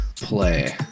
play